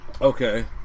Okay